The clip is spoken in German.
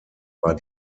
war